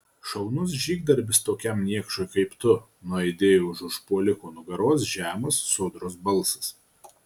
šaunus žygdarbis tokiam niekšui kaip tu nuaidėjo už užpuoliko nugaros žemas sodrus balsas